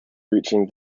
reaching